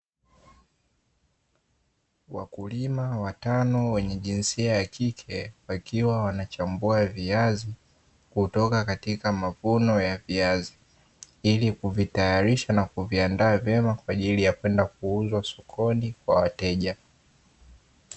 Wakulima watano wenye jinsia ya kike wakiwa wanachambua viazi kutoka katika mavuno ya viazi, ili kuvitayalisha na kuviandaa vyema kwa ajili ya kwenda kuuzwa sokoni kwa wateja.